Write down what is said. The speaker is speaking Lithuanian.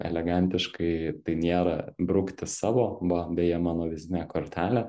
elegantiškai tai nėra brukti savo va beje mano vizitinė kortelė